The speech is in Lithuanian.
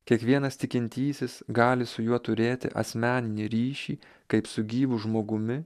kiekvienas tikintysis gali su juo turėti asmeninį ryšį kaip su gyvu žmogumi